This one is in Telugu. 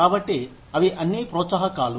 కాబట్టి అవి అన్ని ప్రోత్సాహకాలు